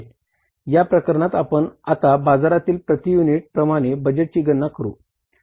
या प्रकरणात आपण आता बाजारातील प्रती युनिट प्रमाणे बजेटची गणना करू